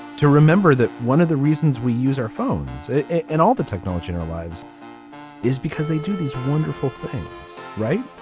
to remember that one of the reasons we use our phones and all the technology in our lives is because they do these wonderful things right.